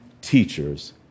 teachers